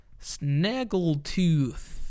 Snaggletooth